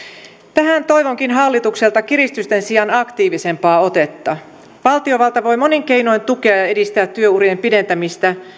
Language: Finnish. tähän toivonkin hallitukselta kiristysten sijaan aktiivisempaa otetta valtiovalta voi monin keinoin tukea ja edistää työurien pidentämistä